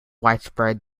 widespread